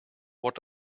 what